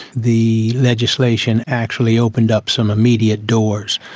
the legislation actually opened up some immediate doors.